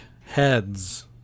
heads